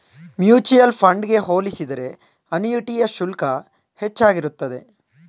mutual fund ಗೆ ಹೋಲಿಸಿದರೆ ಅನುಯಿಟಿಯ ಶುಲ್ಕ ಹೆಚ್ಚಾಗಿರುತ್ತದೆ